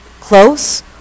close